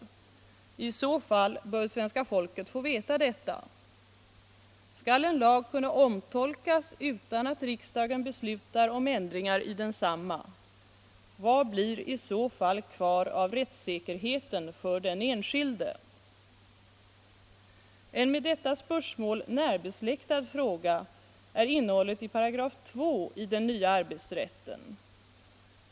I så fall bör svenska folket få veta detta. Skall en lag kunna omtolkas utan att riksdagen beslutar om ändringar i densamma? Vad blir i så fall kvar av rättssäkerheten för den enskilde? En med detta spörsmål närbesläktad fråga är innehållet i 2§ i den nya arbetsrätten.